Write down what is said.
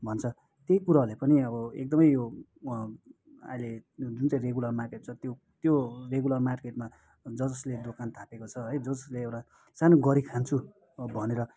भन्छ त्यही कुरोहरूले पनि अब एकदमै यो अहिले जुन चाहिँ रेगुलर मार्केट छ त्यो रेगुलर मार्केटमा ज जसले दोकान थापेको छ है ज जसले एउटा सानो गरिखान्छु भनेर